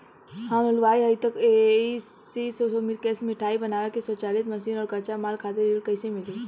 हम हलुवाई हईं त ए.सी शो कैशमिठाई बनावे के स्वचालित मशीन और कच्चा माल खातिर ऋण कइसे मिली?